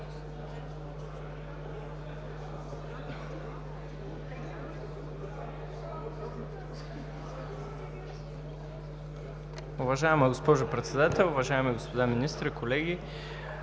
Уважаема госпожо Председател, уважаеми господа министри, дами